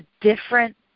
different